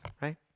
right